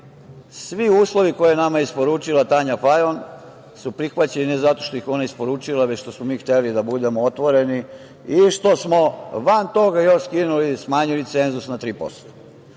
svi uslovi koje je nama isporučila Tanja Fajon su prihvaćeni, ne zato što ih je ona isporučila, već zato što smo mi hteli da budemo otvoreni i što smo van toga još skinuli, smanjili cenzus na 3%.